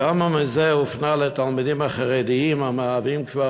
כמה מזה הופנה לתלמידים החרדים המהווים כבר